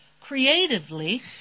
creatively